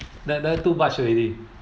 that that too much already